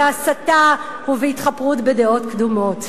בהסתה ובהתחפרות בדעות קדומות.